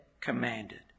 commanded